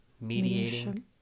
mediating